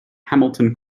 hamilton